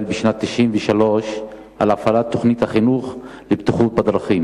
בשנת 1993 על הפעלת תוכנית החינוך לבטיחות בדרכים